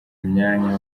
imyanya